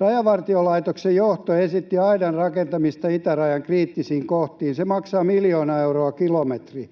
Rajavartiolaitoksen johto esitti aidan rakentamista itärajan kriittisiin kohtiin. Se maksaa miljoona euroa kilometri.